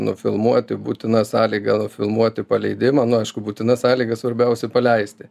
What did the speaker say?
nufilmuoti būtina sąlyga filmuoti paleidimą nu aišku būtina sąlyga svarbiausia paleisti